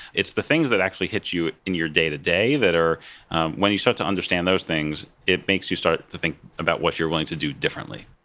it's the things that actually hit you in your day to day that are when you start to understand those things, it makes you start to think about what you're going to do differently.